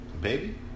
Baby